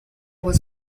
was